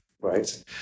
Right